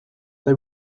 they